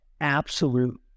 absolute